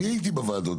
אני הייתי בוועדות,